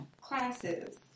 classes